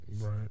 Right